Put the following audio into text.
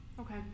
Okay